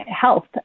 health